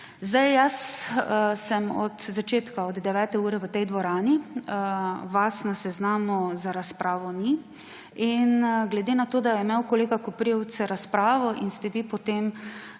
predsedujoči. Od začetka sem, od 9. ure, v tej dvorani, vas na seznamu za razpravo ni, in glede na to, da je imel kolega Koprivc razpravo in ste vi potem,